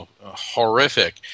horrific